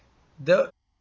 the